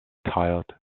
tired